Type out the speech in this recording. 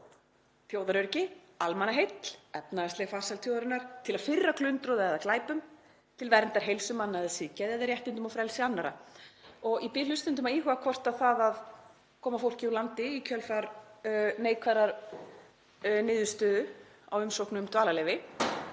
þjóðaröryggi, almannaheill, efnahagsleg farsæld þjóðarinnar, til að firra glundroða eða glæpum, til verndar heilsu manna eða siðgæði eða réttindum og frelsi annarra. Ég bið hlustendur að íhuga hvort það að koma fólki úr landi í kjölfar neikvæðs svars við umsókn um dvalarleyfi